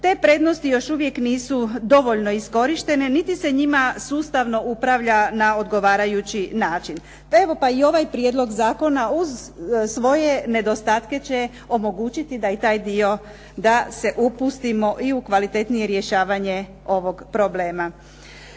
te prednosti još nisu dovoljno iskorištene niti se njima sustavno upravlja na odgovarajući način. Pa i ovaj Prijedlog zakona uz svoje nedostatke će omogućiti da se upustimo u kvalitetnije rješavanje ovog problema.